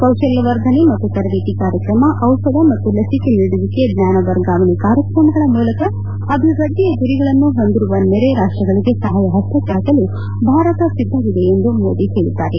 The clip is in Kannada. ಕೌಶಲ್ಯ ವರ್ಧನೆ ಮತ್ತು ತರಬೇತಿ ಕಾರ್ಯಕ್ರಮ ಔಷಧ ಮತ್ತು ಲಸಿಕೆ ನೀಡುವಿಕೆ ಜ್ಞಾನ ವರ್ಗಾವಣೆ ಕಾರ್ಯಕ್ರಮಗಳ ಮೂಲಕ ಅಭಿವೃದ್ದಿಯ ಗುರಿಗಳನ್ನು ಹೊಂದಿರುವ ನೆರೆ ರಾಷ್ಟ್ರಗಳಿಗೆ ಸಹಾಯ ಹಸ್ತ ಚಾಚಲು ಭಾರತ ಸಿದ್ದವಿದೆ ಎಂದು ಮೋದಿ ಹೇಳಿದ್ದಾರೆ